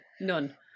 None